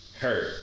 hurt